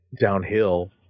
downhill